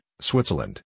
Switzerland